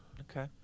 okay